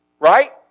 Right